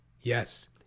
Yes